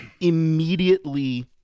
immediately